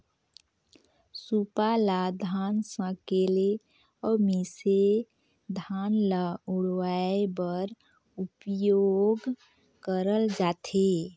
सूपा ल धान सकेले अउ मिसे धान ल उड़वाए बर उपियोग करल जाथे